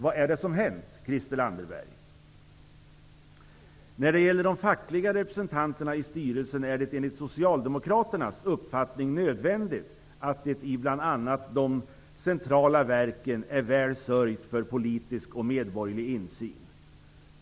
Vad är det som hänt, Christel Anderberg? När det gäller de fackliga representanterna i styrelsen är det enligt Socialdemokraternas uppfattning nödvändigt att det i bl.a. de centrala verken är väl sörjt för politisk och medborgerlig insyn.